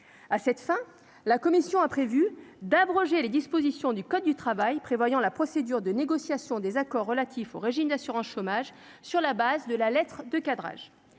à cette fin, la Commission a prévu d'abroger les dispositions du code du travail prévoyant la procédure de négociations des accords relatifs au régime d'assurance chômage, sur la base de la lettre de cadrage,